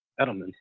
Edelman